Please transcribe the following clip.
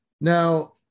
Now